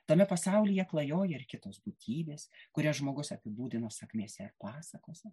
tame pasaulyje klajoja ir kitos būtybės kurias žmogus apibūdino sakmėse ir pasakose